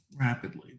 rapidly